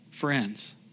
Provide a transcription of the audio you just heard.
friends